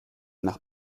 nach